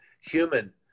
human